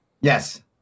yes